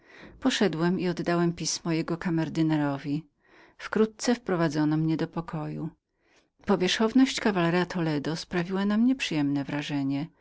poszedłem i oddałem pismo jego kamerdynerowi wkrótce wprowadzono mnie do pokoju powierzchowność kawalera toledo z samego początku sprawiła na mnie przyjemne wrażenie